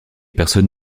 personne